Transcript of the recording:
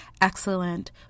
excellent